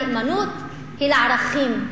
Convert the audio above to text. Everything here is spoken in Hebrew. הנאמנות היא לערכים,